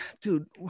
dude